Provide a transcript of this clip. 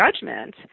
judgment